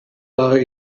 are